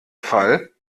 fall